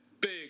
big